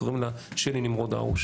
קוראים לה שלי נמרוד הרוש